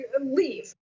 leave